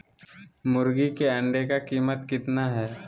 मुर्गी के अंडे का कीमत कितना है?